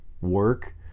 work